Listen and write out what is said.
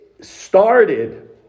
started